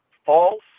false